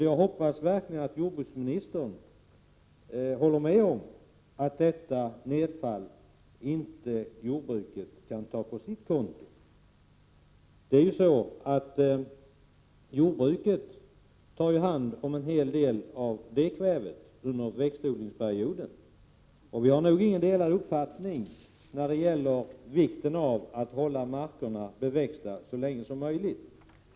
Jag hoppas verkligen att jordbruksministern håller med om att jordbruket inte kan ta detta nedfall på sitt konto. Jordbruket tar ju hand om en hel del av det fallande kvävet under växtodlingsperioden, och vi har nog inga delade uppfattningar i fråga om vikten av att hålla markerna bevuxna så länge som möjligt.